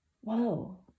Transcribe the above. whoa